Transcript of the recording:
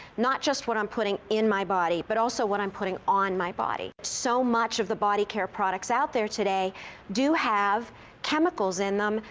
not just what i'm putting in my body, but also what i'm putting on my body. so much of the body care products out there today do have chemicals in them,